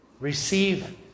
Receive